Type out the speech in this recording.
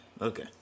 Okay